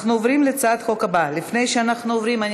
43 חברי כנסת בעד, אין